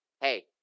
hey